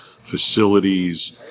facilities